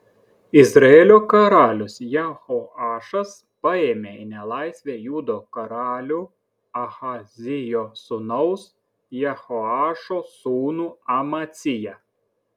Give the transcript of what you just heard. izraelio karalius jehoašas paėmė į nelaisvę judo karalių ahazijo sūnaus jehoašo sūnų amaciją